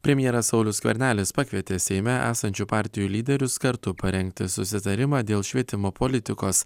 premjeras saulius skvernelis pakvietė seime esančių partijų lyderius kartu parengti susitarimą dėl švietimo politikos